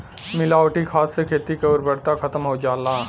मिलावटी खाद से खेती के उर्वरता खतम हो जाला